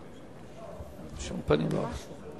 שאתם לא מכבדים קיזוזים.